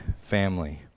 family